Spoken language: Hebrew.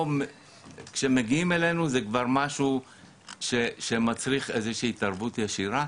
כשמגיעים אלינו זה כבר משהו שמצריך התערבות ישירה.